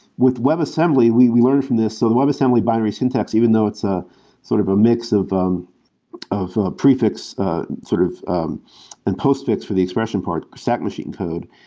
with webassembly, we we learned from this so the webassembly binary syntax, even though it's a sort of mix of um of ah prefix sort of um and post fix for the expression part, sac machine code,